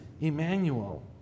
Emmanuel